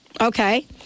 Okay